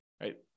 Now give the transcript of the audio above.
right